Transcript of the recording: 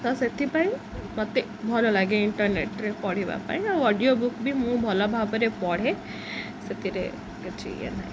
ତ ସେଥିପାଇଁ ମୋତେ ଭଲ ଲାଗେ ଇଣ୍ଟରନେଟ୍ରେ ପଢ଼ିବା ପାଇଁ ଆଉ ଅଡ଼ିଓ ବୁକ୍ ବି ମୁଁ ଭଲ ଭାବରେ ପଢ଼େ ସେଥିରେ କିଛି ଇଏ ନାହିଁ